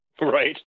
Right